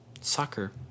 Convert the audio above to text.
Soccer